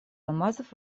алмазов